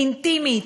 אינטימית,